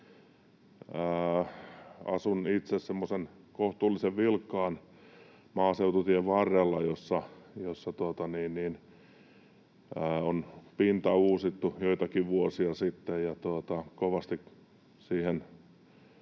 semmoisen kohtuullisen vilkkaan maaseututien varrella, jossa on pinta uusittu joitakin vuosia sitten,